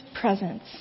presence